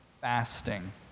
fasting